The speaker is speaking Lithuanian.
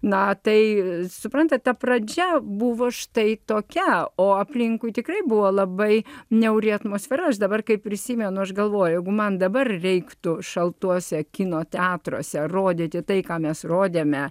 na tai suprantate pradžia buvo štai tokia o aplinkui tikrai buvo labai niauri atmosfera aš dabar kai prisimenu aš galvoju jeigu man dabar reiktų šaltuose kino teatruose rodyti tai ką mes rodėme